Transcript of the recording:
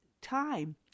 time